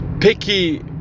picky